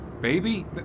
Baby